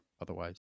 Otherwise